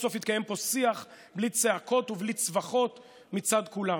סוף-סוף התקיים פה שיח בלי צעקות ובלי צווחות מצד כולם,